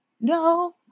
No